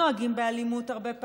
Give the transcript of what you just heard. נוהגים באלימות,